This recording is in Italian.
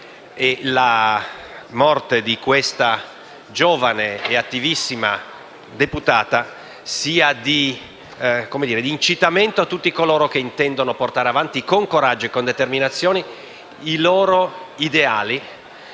La morte di questa giovane e attivissima deputata sia di incitamento a tutti coloro che intendono portare avanti con coraggio e determinazione i loro ideali